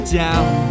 down